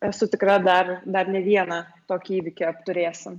esu tikra dar dar ne vieną tokį įvykį apturėsim